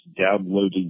downloading